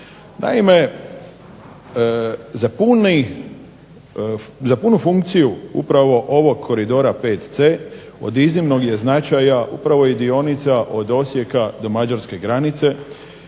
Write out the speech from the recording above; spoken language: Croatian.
Naime, za punu funkciju upravo ovog koridora 5C od iznimnog je značaja upravo i dionica od Osijeka do mađarske granice